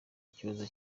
ikibazo